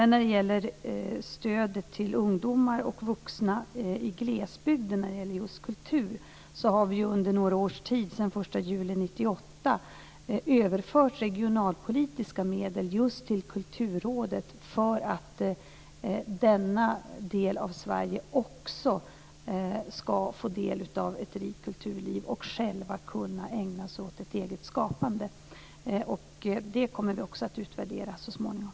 När det gäller stödet för kultur till ungdomar och vuxna i glesbygden har vi under några års tid, sedan den 1 juli 1998, överfört regionalpolitiska medel just till Kulturrådet för att denna del av Sverige också ska få del av ett rikt kulturliv och själva kunna ägna sig åt ett eget skapande. Det kommer vi också att utvärdera så småningom.